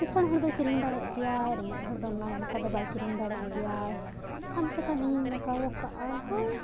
ᱠᱤᱥᱟᱹᱬ ᱦᱚᱲ ᱫᱚᱭ ᱠᱤᱨᱤᱧ ᱫᱟᱲᱮᱭᱟᱜ ᱜᱮᱭᱟ ᱨᱮᱸᱜᱮᱡ ᱦᱚᱲ ᱫᱚ ᱱᱚᱝᱠᱟ ᱫᱚ ᱵᱟᱭ ᱠᱤᱨᱤᱧ ᱫᱟᱲᱮᱭᱟᱜ ᱜᱮᱭᱟᱭ ᱠᱟᱢ ᱥᱮ ᱠᱟᱢ ᱤᱧᱤᱧ ᱞᱟᱜᱟᱣ ᱠᱟᱜᱼᱟ ᱦᱳᱭ